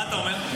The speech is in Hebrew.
מה אתה אומר?